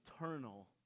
eternal